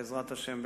בעזרת השם,